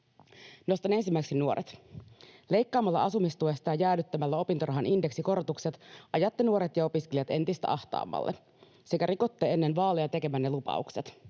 Nostan ensimmäiseksi nuoret. Leikkaamalla asumistuesta ja jäädyttämällä opintorahan indeksikorotukset ajatte nuoret ja opiskelijat entistä ahtaammalle sekä rikotte ennen vaaleja tekemänne lupaukset.